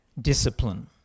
Discipline